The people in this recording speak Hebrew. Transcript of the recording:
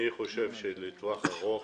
אני חושב שלטווח ארוך